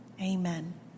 Amen